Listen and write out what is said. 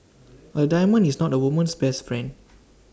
A diamond is not A woman's best friend